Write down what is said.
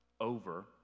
over